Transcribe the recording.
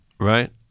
Right